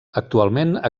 actualment